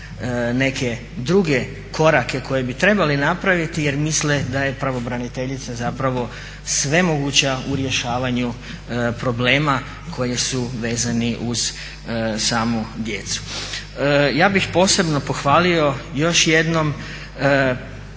neke druge korake koje bi trebali napraviti jer misle da je pravobraniteljica svemoguća u rješavanju problema koji su vezani uz samu djecu. Ja bih posebno pohvalio još jednom